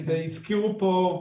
הזכירו פה,